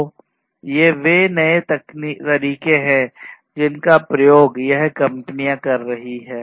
तो ये वे नए तरीके है जिनका प्रयोग यह कंपनियां कर रही हैं